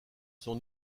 sont